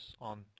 on